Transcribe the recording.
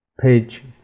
Page